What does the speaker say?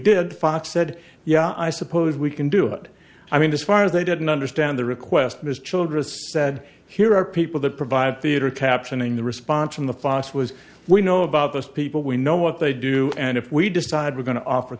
did fox said yeah i suppose we can do it i mean this far as they didn't understand the request was childress said here are people that provide theater captioning the response from the fos was we know about those people we know what they do and if we decide we're going to offer